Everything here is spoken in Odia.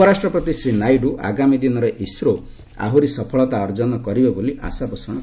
ଉପରାଷ୍ଟ୍ରପତି ଶ୍ରୀ ନାଇଡ଼ୁ ଆଗାମୀ ଦିନରେ ଇସ୍ରୋ ଆହୁରି ସଫଳତା ଅର୍ଜନ କରିବ ବୋଲି ଆଶାପୋଷଣ କରିଛନ୍ତି